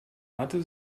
mathe